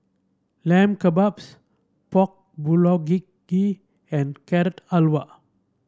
Lamb Kebabs Pork and Carrot Halwa